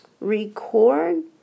record